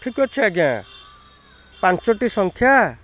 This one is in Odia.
ଠିକ ଅଛି ଆଜ୍ଞା ପାଞ୍ଚଟି ସଂଖ୍ୟା